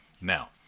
Now